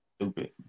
stupid